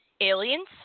aliens